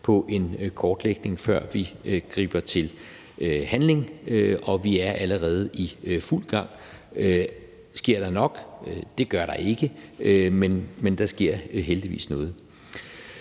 på en kortlægning, før vi griber til handling, og vi er allerede i fuld gang. Sker der nok? Det gør der ikke, men der sker heldigvis noget.